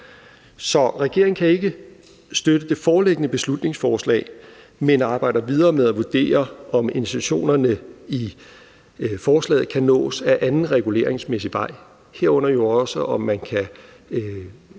Så regeringen kan ikke støtte det foreliggende beslutningsforslag, men arbejder videre med at vurdere, om intentionerne i forslaget kan nås ad anden reguleringsmæssig vej, herunder jo også, om man kan